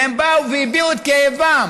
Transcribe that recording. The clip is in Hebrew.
והם באו והביעו את כאבם,